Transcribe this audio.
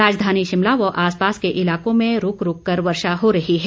राजधानी शिमला व आसपास के इलाकों में रूक रूक कर वर्षा हो रही है